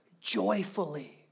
joyfully